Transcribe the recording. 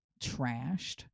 trashed